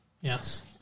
Yes